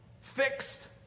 fixed